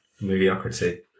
Mediocrity